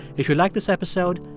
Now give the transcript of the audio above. if you like this episode,